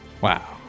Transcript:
wow